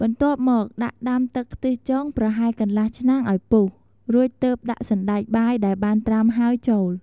បន្ទាប់មក ដាក់ដាំទឹក ខ្ទិះចុង ប្រហែលកន្លះឆ្នាំងឱ្យពុះ រួចទើបដាក់សណ្ដែកបាយដែលបានត្រាំហើយចូល។